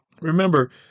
Remember